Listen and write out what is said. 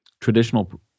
traditional